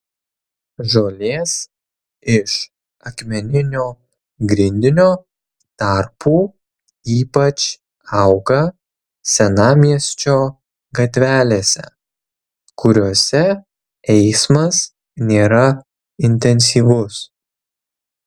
žolės iš akmeninio grindinio tarpų ypač auga senamiesčio gatvelėse kuriose eismas nėra intensyvus